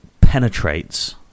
penetrates